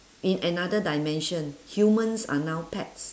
in another dimension humans are now pets